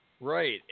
Right